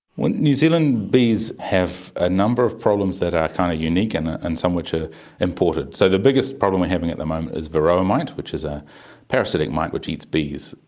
new zealand bees have a number of problems that are kind of unique and and some which are imported. so the biggest problem we're having at the moment is varroa mite, which is a parasitic mite which eats bees.